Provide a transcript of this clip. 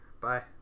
Bye